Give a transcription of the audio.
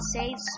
Save